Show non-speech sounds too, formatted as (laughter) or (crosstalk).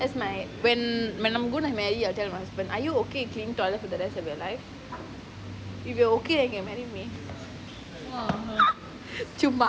that's my when when I'm going to marry I tell my husband are you okay with cleaning toilet for the rest of your life if you are okay then can marry me (laughs) சும்மா:chumma